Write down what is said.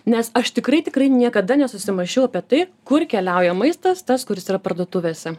nes aš tikrai tikrai niekada nesusimąsčiau apie tai kur keliauja maistas tas kuris yra parduotuvėse